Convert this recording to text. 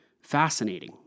Fascinating